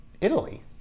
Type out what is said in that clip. Italy